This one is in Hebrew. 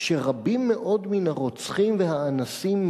שרבים מאוד מן הרוצחים והאנסים,